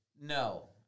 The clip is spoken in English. No